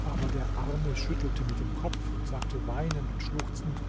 aber der arme schüttelte mit dem kopf und sagte weinend und schluchzend